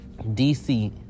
DC